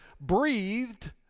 breathed